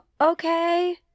Okay